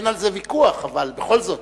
אין על זה ויכוח, אבל בכל זאת,